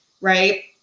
right